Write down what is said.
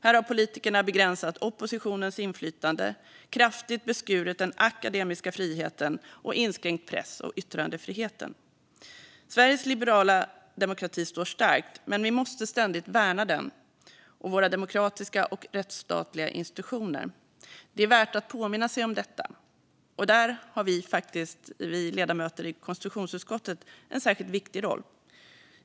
Här har politikerna begränsat oppositionens inflytande, kraftigt beskurit den akademiska friheten och inskränkt press och yttrandefriheten. Sveriges liberala demokrati står stark, men vi måste ständigt värna den och våra demokratiska och rättsstatliga institutioner. Det är värt att påminna sig om detta. Där har faktiskt vi ledamöter i konstitutionsutskottet en särskilt viktig roll.